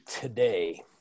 today